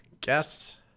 guess